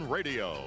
Radio